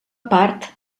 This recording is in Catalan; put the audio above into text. part